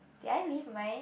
did I leave mine